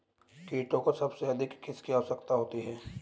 कीटों को सबसे अधिक किसकी आवश्यकता होती है?